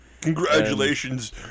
Congratulations